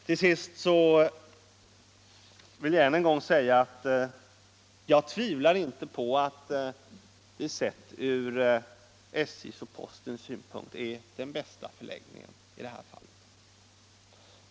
Till sist vill jag än en gång säga att jag inte tvivlar på att den nu aktuella förläggningen är den bästa sett ur SJ:s och postens synpunkter.